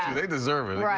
they deserve it.